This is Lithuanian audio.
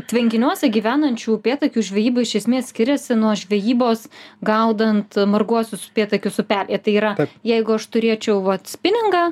tvenkiniuose gyvenančių upėtakių žvejyba iš esmės skiriasi nuo žvejybos gaudant marguosius upėtakius upelyje tai yra jeigu aš turėčiau vot spiningą